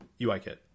UIKit